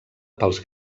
pels